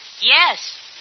Yes